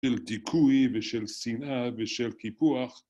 של דיכוי ושל שנאה ושל קיפוח